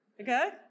okay